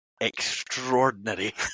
Extraordinary